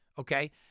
okay